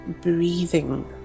breathing